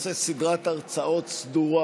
תעשה סדרת הרצאות סדורה